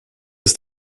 ist